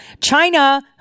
China